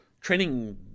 training